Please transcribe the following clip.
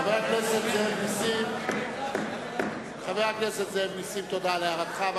חבר הכנסת זאב נסים, תודה על הערתך.